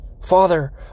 Father